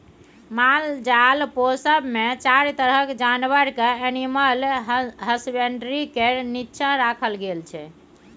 मालजाल पोसब मे चारि तरहक जानबर केँ एनिमल हसबेंडरी केर नीच्चाँ राखल गेल छै